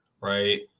right